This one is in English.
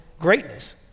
greatness